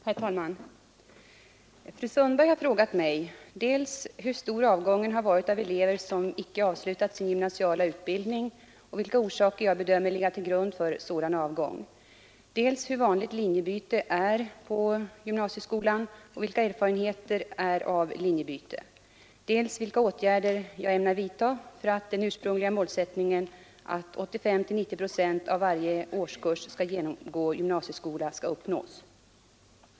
Herr talman! Fru Sundberg har frågat mig dels hur stor avgången har varit av elever som icke avslutat sin gymnasiala utbildning och vilka orsaker jag bedömer ligga till grund för sådan avgång, dels hur vanligt linjebyte är på gymnasieskolan och vilka erfarenheterna är av linjebyte, dels vilka åtgärder jag ämnar vidtaga för att den ursprungliga målsättningen, att 85—90 procent av varje årskurs skall genomgå gymnasieskolan, skall uppnås.